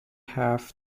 half